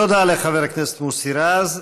תודה לחבר הכנסת מוסי רז.